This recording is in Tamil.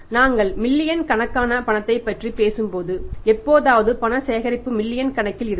நாம் மில்லியன் கணக்கான பணத்தைப் பற்றி பேசும்போது எப்போதாவது பண சேகரிப்பு மில்லியன் கணக்கில் இருக்கும்